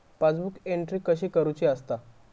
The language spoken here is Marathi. पासबुक एंट्री कशी करुची असता?